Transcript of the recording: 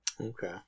Okay